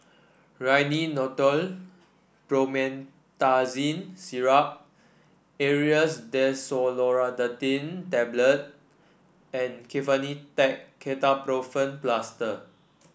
Rhinathiol Promethazine Syrup Aerius DesloratadineTablet and Kefentech Ketoprofen Plaster